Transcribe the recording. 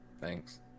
Thanks